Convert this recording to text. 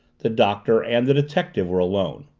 the doctor and the detective were alone.